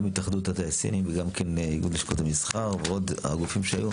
גם התאחדות התעשיינים וגם כן איגוד לשכות המסחר ועוד הגופים שהיו.